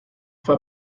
fue